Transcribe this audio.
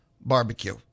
Barbecue